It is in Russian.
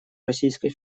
российской